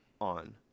on